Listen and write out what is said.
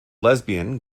lesbian